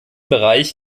bereich